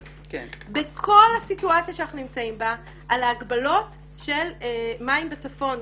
בכל הסיטואציה שאנחנו נמצאים בה על ההגבלות של מים בצפון,